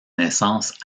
naissance